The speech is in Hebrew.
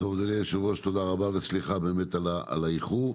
אדוני היושב-ראש תודה וסליחה על האיחור.